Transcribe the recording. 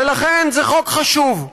ולכן זה חוק חשוב,